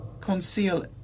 conceal